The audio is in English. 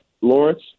Lawrence